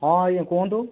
ହଁ ଆଜ୍ଞା କୁହନ୍ତୁ